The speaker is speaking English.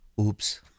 Oops